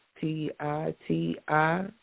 T-I-T-I